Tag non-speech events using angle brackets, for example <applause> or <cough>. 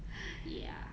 <noise> ya